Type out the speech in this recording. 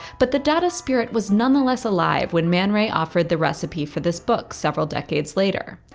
but the dada spirit was nonetheless alive, when man ray offered the recipe for this book several decades later.